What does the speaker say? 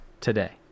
today